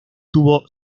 tuvo